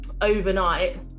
overnight